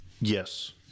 Yes